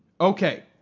okay